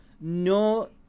no